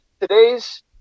today's